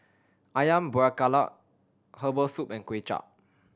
Ayam Buah Keluak herbal soup and Kuay Chap